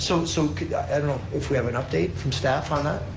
so so, could, i don't know if we have an update from staff on that?